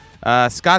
Scott